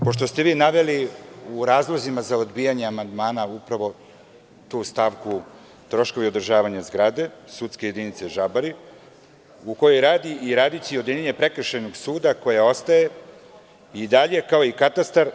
Pošto ste vi naveli u razlozima za odbijanje amandmana upravo tu stavku – troškovi održavanja zgrade, sudske jedinice Žabari, u kojoj radi i radi će odeljenje Prekršajnog suda koji ostaje i dalje kao i katastar.